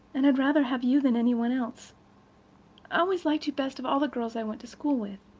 and i'd rather have you than any one else. i always liked you best of all the girls i went to school with.